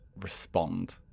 respond